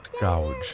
gouge